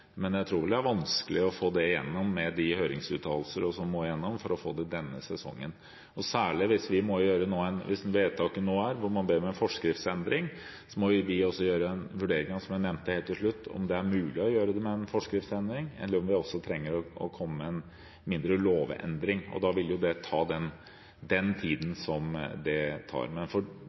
men jeg tror det er vanskelig å få det igjennom denne sesongen med de høringsuttalelsene som må på plass. Slik vedtaket er nå, der man ber om en forskriftsendring, må vi også gjøre en vurdering, som jeg nevnte helt til slutt, om det er mulig å gjøre det med en forskriftsendring, eller om vi trenger å komme med en mindre lovendring. Da vil det ta den tiden som det tar. Men for